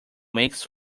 makes